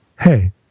hey